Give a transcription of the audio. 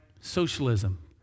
socialism